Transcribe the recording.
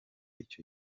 icyo